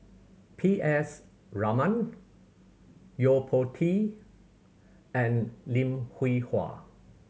P S Raman Yo Po Tee and Lim Hwee Hua